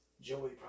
Joey